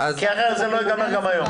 אחרת זה לא ייגמר גם היום.